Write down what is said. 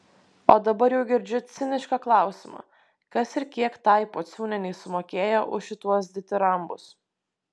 o dabar jau girdžiu cinišką klausimą kas ir kiek tai pociūnienei sumokėjo už šituos ditirambus